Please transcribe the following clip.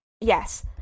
Yes